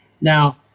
now